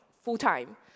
full-time